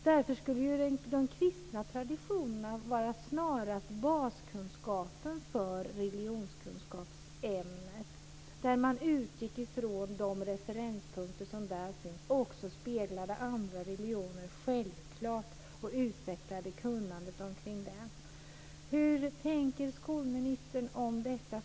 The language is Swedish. Därför skulle de kristna traditionerna snarast vara baskunskapen för religionskunskapsämnet där man utgår från de referenspunkter som där finns och också, självfallet, speglar andra religioner och utvecklar kunnandet kring det här. Hur tänker skolministern kring detta?